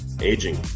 aging